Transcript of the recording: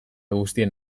guztien